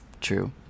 true